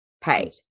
paid